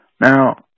Now